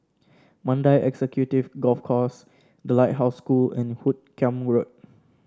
Mandai Executive Golf Course The Lighthouse School and Hoot Kiam Road